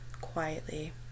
quietly